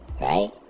right